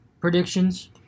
predictions